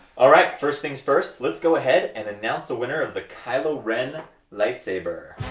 alright first things first lets go ahead and announce the winner of the kylo ren lightsaber,